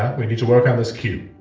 we need to work on this cue.